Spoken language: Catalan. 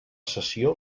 sessió